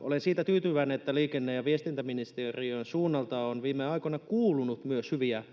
Olen tyytyväinen, että liikenne- ja viestintäministeriön suunnalta on viime aikoina kuulunut myös hyviä